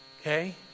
Okay